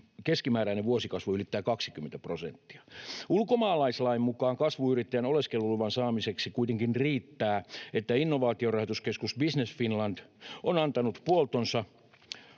keskimääräinen vuosikasvu ylittää 20 prosenttia seuraavana kolmena vuonna. Ulkomaalaislain mukaan kasvuyrittäjän oleskeluluvan saamiseksi kuitenkin riittää, että Innovaatiorahoituskeskus Business Finland on antanut puoltonsa